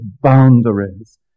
boundaries